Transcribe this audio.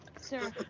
sir